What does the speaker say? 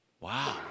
Wow